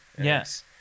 Yes